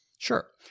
Sure